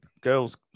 girls